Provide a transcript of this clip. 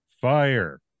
fire